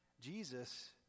jesus